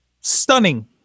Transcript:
stunning